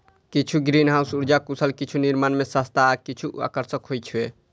किछु ग्रीनहाउस उर्जा कुशल, किछु निर्माण मे सस्ता आ किछु आकर्षक होइ छै